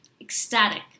ecstatic